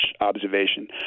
observation